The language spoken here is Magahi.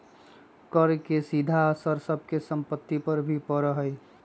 कर के सीधा असर सब के सम्पत्ति पर भी पड़ा हई